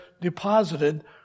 deposited